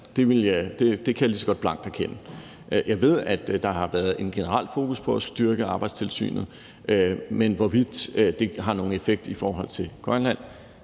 Det kan jeg lige så godt blankt erkende. Jeg ved, at der har været et generelt fokus på at styrke arbejdstilsynet, men hvorvidt det har nogen effekt i forhold til Grønland,